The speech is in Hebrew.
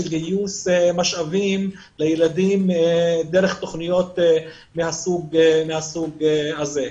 גיוס משאבים לילדים דרך תכניות מהסוג הזה.